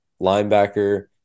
linebacker